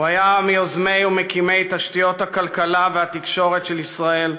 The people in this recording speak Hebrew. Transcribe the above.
הוא היה מיוזמי ומקימי תשתיות הכלכלה והתקשורת של ישראל,